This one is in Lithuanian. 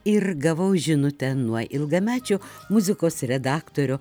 ir gavau žinutę nuo ilgamečio muzikos redaktorio